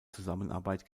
zusammenarbeit